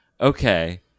okay